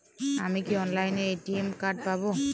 আমি কি অনলাইনে এ.টি.এম কার্ড পাব?